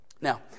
Now